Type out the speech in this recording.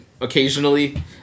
occasionally